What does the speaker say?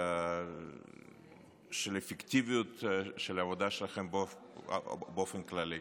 לנושא אפקטיביות העבודה שלכם באופן כללי.